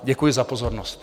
Děkuji za pozornost.